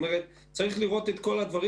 צריך לראות את כל הדברים.